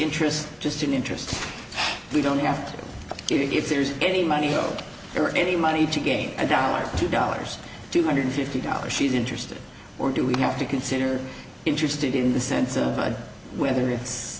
interest just an interest we don't have to do if there's any money out there any money to gain and our two dollars two hundred fifty dollars she's interested or do we have to consider interested in the sense of whether it's